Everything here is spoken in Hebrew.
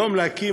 היום להקים,